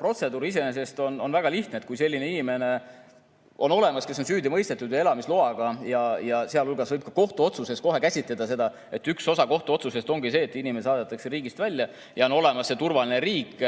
Protseduur iseenesest on väga lihtne. Kui selline inimene on olemas, kes on süüdi mõistetud ja elamisloaga, siis võib ka kohtuotsuses kohe käsitleda seda nii, et üks osa kohtuotsusest ongi see, et inimene saadetakse riigist välja. Ja kui on olemas turvaline riik,